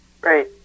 Great